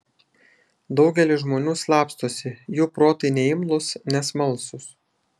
daugelis žmonių slapstosi jų protai neimlūs nesmalsūs